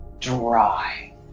dry